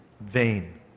vain